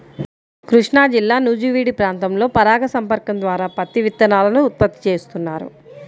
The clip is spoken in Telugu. కృష్ణాజిల్లా నూజివీడు ప్రాంతంలో పరాగ సంపర్కం ద్వారా పత్తి విత్తనాలను ఉత్పత్తి చేస్తున్నారు